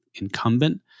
incumbent